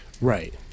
right